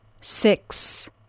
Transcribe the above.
Six